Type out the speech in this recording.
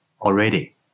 already